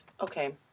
Okay